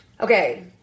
Okay